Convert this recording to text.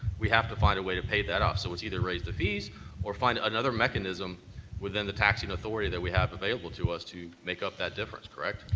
we have to find a way to pay that off, so it's either raise the fees or find another mechanism within the taxing authority that we have available to us to make up that difference correct?